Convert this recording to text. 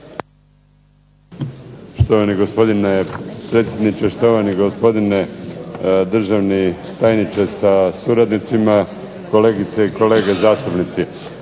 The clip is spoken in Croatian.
Štovani gospodine predsjedniče, štovani gospodine državni tajniče sa suradnicima, kolegice i kolege zastupnici.